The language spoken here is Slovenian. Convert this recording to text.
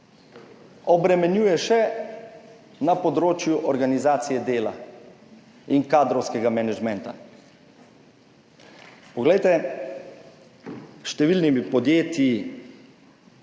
obremenjuje še na področju organizacije dela in kadrovskega menedžmenta. Poglejte, s številnimi podjetji